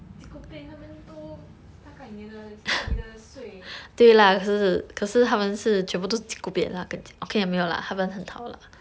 cheekopek 他们都大概你的你的岁